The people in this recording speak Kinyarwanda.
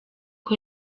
uko